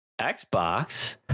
Xbox